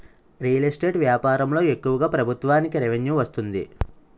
real estate వ్యాపారంలో ఎక్కువగా ప్రభుత్వానికి రెవెన్యూ వస్తుంది